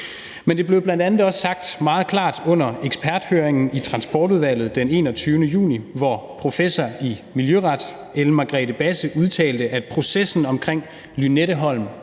Men det blev bl.a. også sagt meget klart under eksperthøringen i Transportudvalget den 21. juni, hvor professor i miljøret Ellen Margrethe Basse udtalte, at processen omkring Lynetteholm